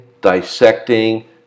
dissecting